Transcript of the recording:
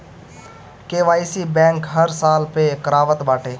KYC bank हर साल पअ करावत बाटे